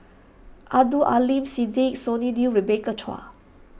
Abdul Aleem Siddique Sonny Liew Rebecca Chua